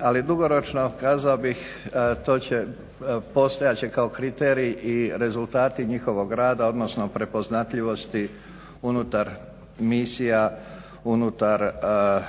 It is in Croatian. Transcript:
Ali dugoročno kazao bih to će, postojat će kao kriterij i rezultati njihovog rada odnosno prepoznatljivosti unutar misija, unutar